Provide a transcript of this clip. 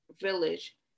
village